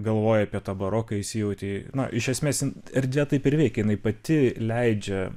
galvoji apie tą baroką įsijauti na iš esmės erdvė taip ir veikia jinai pati leidžia